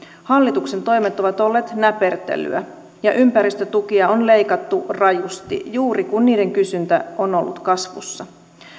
hallituksen toimet ovat olleet näpertelyä ja ympäristötukia on leikattu rajusti juuri kun niiden kysyntä on ollut kasvussa